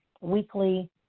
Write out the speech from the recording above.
weekly